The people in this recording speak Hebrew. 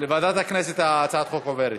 לוועדת הכנסת, הצעת החוק עוברת.